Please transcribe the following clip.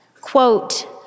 quote